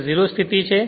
તેથી તે 0 સ્થિતિ છે